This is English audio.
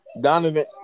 Donovan